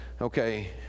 okay